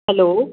hello